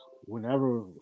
whenever